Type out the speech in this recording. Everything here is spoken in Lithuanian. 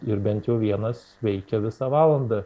ir bent jau vienas veikė visą valandą